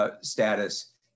status